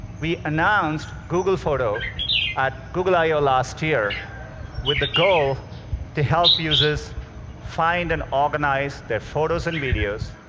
we announced google photo at google i ah o last year with the goal to help users find and organize their photos and videos,